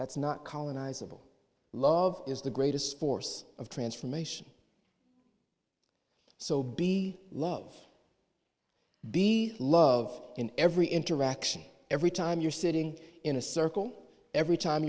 that's not colonise of love is the greatest force of transformation so be love b love in every interaction every time you're sitting in a circle every time